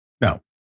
No